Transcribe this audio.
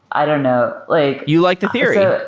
i don't know. like you like the theory. ah